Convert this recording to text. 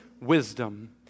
wisdom